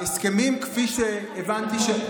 בהסכמים, כפי שהבנתי,